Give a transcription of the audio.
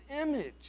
image